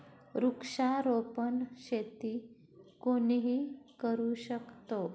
वृक्षारोपण शेती कोणीही करू शकतो